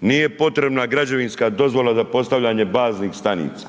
nije potrebna građevinska dozvola za postavljanje baznih stanica?